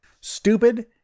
Stupid